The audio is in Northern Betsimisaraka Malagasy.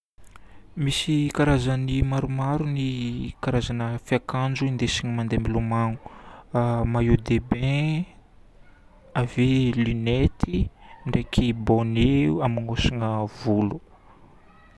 Misy karazagny maromaro ny karazagna fiakanjo indesigna mandeha milomano: maillot de bain, ave lunettes ndraiky bonnet amonosana volo.